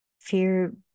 fear